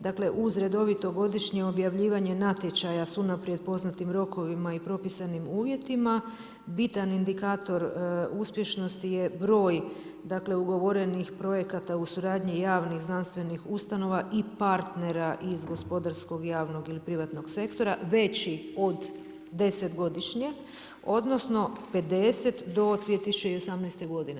Dakle, uz redovito godišnje objavljivanje natječaja s unaprijed poznatim rokovima i propisanim uvjetima bitan indikator uspješnosti je broj, dakle, ugovorenih projekata u suradnji javnih zdravstvenih ustanova i partnera iz gospodarskog javnog ili privatnog sektora veći od 10 godišnje, odnosno 50 do 2018. godine.